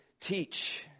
teach